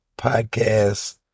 podcast